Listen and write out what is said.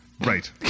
Right